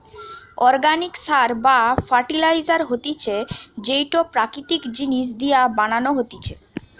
organic সার বা fertiliser হতিছে যেইটো প্রাকৃতিক জিনিস দিয়া বানানো হতিছে